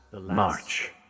March